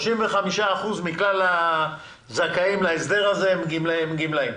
אחוזים מכלל הזכאים להסדר הזה הם גמלאים.